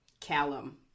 Callum